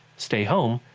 stay home,